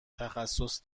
تخصص